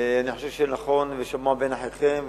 אני חושב שנכון לשמוע ולדבר.